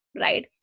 right